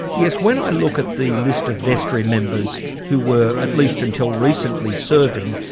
yes, when i look at the list of vestry members who were at least until recently serving,